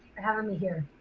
for having me here.